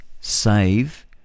save